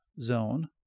zone